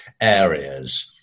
areas